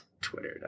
Twitter